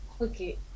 Okay